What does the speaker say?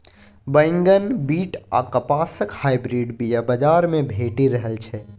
बैगन, बीट आ कपासक हाइब्रिड बीया बजार मे भेटि रहल छै